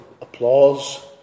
applause